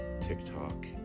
TikTok